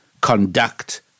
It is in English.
conduct